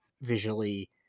visually